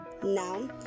Now